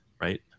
right